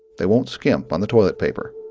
they won't skimp on the toilet paper